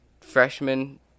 freshman